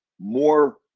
more